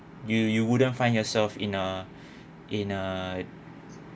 you you wouldn't find yourself in a in a